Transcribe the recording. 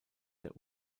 der